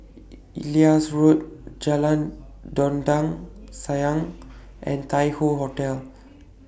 Ellis Road Jalan Dondang Sayang and Tai Hoe Hotel